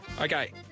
Okay